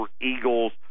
Eagles